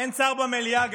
אין שר במליאה.